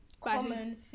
Common